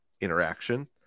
interaction